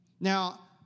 Now